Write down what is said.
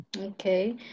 Okay